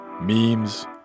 Memes